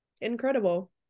Incredible